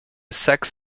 saxe